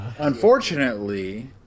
Unfortunately